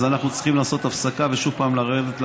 אז אנחנו צריכים לעשות הפסקה ושוב פעם לרדת לוועדה,